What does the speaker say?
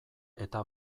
eta